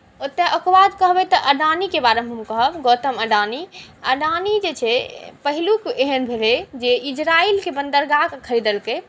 ओतय ओकर बाद कहबै तऽ अडानीके बारेमे हम कहब गौतम अडानी अडानी जे छै पहिलुक एहन भेलै जे ई इजरायलके बन्दरगाहकेँ खरीदलकै